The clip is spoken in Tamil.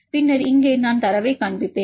பின்னர் இங்கே நான் தரவைக் காண்பிப்பேன்